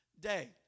day